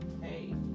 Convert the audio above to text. hey